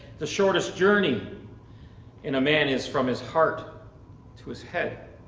the shortest journey in a man is from his heart to his head.